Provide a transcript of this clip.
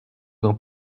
dans